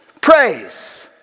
praise